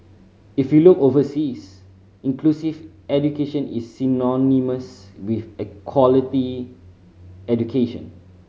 if you look overseas inclusive education is synonymous with equality education